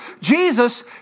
Jesus